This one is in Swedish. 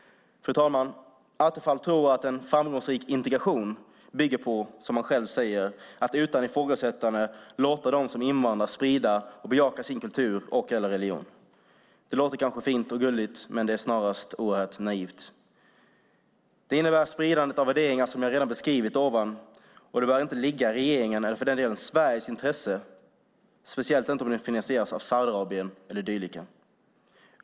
Fru talman! Attefall tror att en framgångsrik integration bygger på att, som han själv säger, utan ifrågasättande låta dem som invandrar sprida och bejaka sin kultur och religion. Det låter kanske fint och gulligt, men det är snarast oerhört naivt. Det innebär spridandet av värderingar som jag redan beskrivit, och det bör inte ligga i regeringens eller för den delen Sveriges intresse, speciellt inte om det finansieras av Saudiarabien eller dylika.